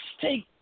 take